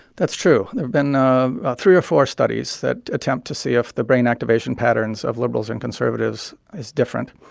that's true. there have been ah three or four studies that attempt to see if the brain activation patterns of liberals and conservatives is different.